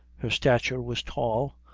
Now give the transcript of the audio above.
her stature was tall,